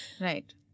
right